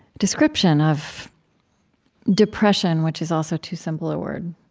description of depression, which is also too simple a word